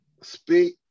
speak